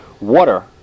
Water